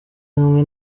hamwe